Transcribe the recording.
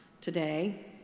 today